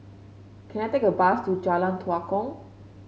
can I take a bus to Jalan Tua Kong